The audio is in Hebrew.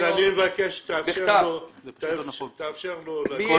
אני מבקש שתאפשר לו --- לא